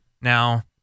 now